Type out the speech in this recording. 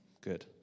Good